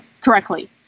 correctly